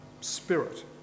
spirit